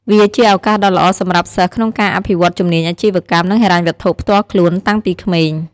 វាជាឱកាសដ៏ល្អសម្រាប់សិស្សក្នុងការអភិវឌ្ឍជំនាញអាជីវកម្ម និងហិរញ្ញវត្ថុផ្ទាល់ខ្លួនតាំងពីក្មេង។